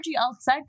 outside